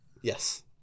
Yes